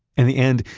in the end,